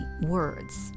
words